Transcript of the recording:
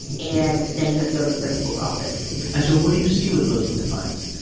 and then you have to go to the principal's office and and so what do you see with willful defiance?